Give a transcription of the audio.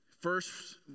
first